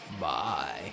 Bye